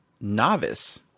novice